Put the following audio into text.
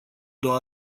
două